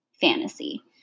fantasy